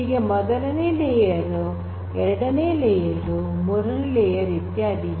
ಹೀಗೆ ಮೊದಲನೇ ಲೇಯರ್ ಎರಡನೇ ಲೇಯರ್ ಮೂರನೇ ಲೇಯರ್ ಇತ್ಯಾದಿ